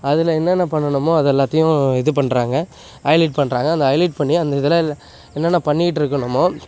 அதில் என்னென்ன பண்ணணுமோ அது எல்லாத்தையும் இது பண்ணுறாங்க ஐலேட் பண்ணுறாங்க அந்த ஐலேட் பண்ணி அந்த இதில் என்னென்ன பண்ணிக்கிட்டு இருக்கணுமோ